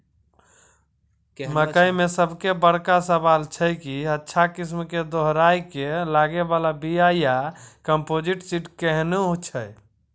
मकई मे सबसे बड़का सवाल छैय कि अच्छा किस्म के दोहराय के लागे वाला बिया या कम्पोजिट सीड कैहनो छैय?